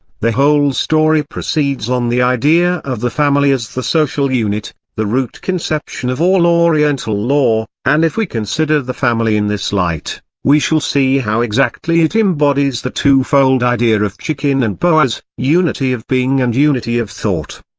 the whole story proceeds on the idea of the family as the social unit, the root-conception of all oriental law, and if we consider the family in this light, we shall see how exactly it embodies the two-fold idea of jachin and boaz, unity of being and unity of thought.